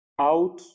out